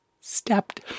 stepped